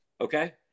okay